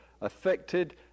affected